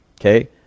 okay